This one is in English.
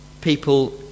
people